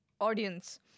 audience